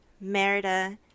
Merida